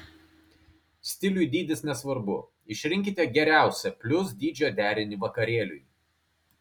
stiliui dydis nesvarbu išrinkite geriausią plius dydžio derinį vakarėliui